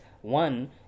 one